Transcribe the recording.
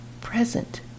Present